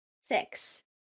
Six